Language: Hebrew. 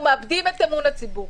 אנחנו מאבדים את אמון הציבור.